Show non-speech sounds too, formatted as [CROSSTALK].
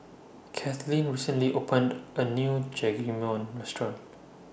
Cathleen recently opened A New [UNINTELLIGIBLE] Restaurant